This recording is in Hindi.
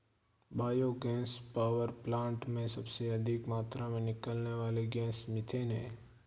बायो गैस पावर प्लांट में सबसे अधिक मात्रा में निकलने वाली गैस मिथेन है